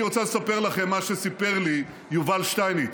אני רוצה לספר לכם מה שסיפר לי יובל שטייניץ.